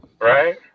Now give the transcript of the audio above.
Right